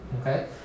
Okay